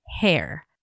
hair